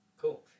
Cool